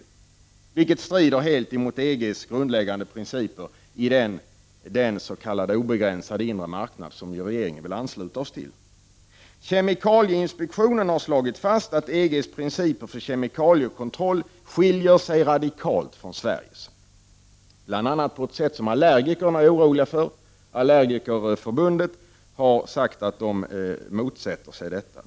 Importskyddet strider helt mot EG:s grundläggande principer i den s.k. obegränsade inre marknad som regeringen vill ansluta oss till. Kemikalieinspektionen har slagit fast att EG:s principer för kemikaliekontroll skiljer sig radikalt från Sveriges, bl.a. på ett sätt som allergikerna är oroliga för. Allergikerförbundet motsätter sig detta.